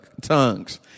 tongues